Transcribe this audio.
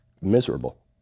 miserable